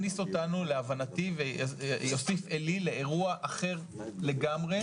להבנתי, זה מכניס אותי לאירוע אחר לגמרי.